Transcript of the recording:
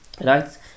Right